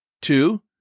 Two